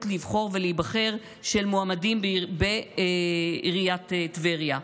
לבחור ולהיבחר של מועמדים בעיריית טבריה.